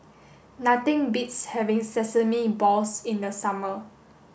nothing beats having sesame balls in the summer